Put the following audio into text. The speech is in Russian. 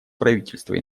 правительства